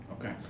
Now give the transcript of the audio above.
Okay